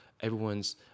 everyone's